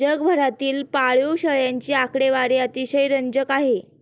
जगभरातील पाळीव शेळ्यांची आकडेवारी अतिशय रंजक आहे